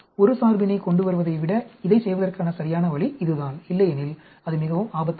ஒரு சார்பினை கொண்டுவருவதை விட இதைச் செய்வதற்கான சரியான வழி இதுதான் இல்லையெனில் அது மிகவும் ஆபத்தானது